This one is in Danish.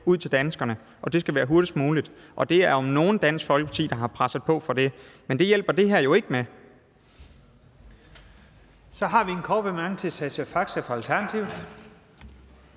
ud til danskerne, og det skal være hurtigst muligt. Det er om nogen Dansk Folkeparti, der har presset på for det. Men det hjælper det her jo ikke med. Kl. 15:22 Første næstformand (Leif